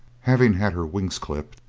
having had her wings clipped,